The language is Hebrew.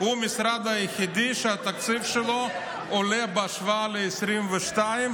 הוא המשרד היחיד שהתקציב שלו עולה בהשוואה ל-2022,